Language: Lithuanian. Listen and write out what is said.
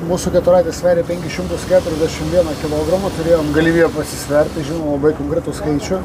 mūsų keturratis sveria penkis šimtus keturiasdešimt vieną kilogramų turėjom galimybę pasisvert tai žinom labai konkretų skaičių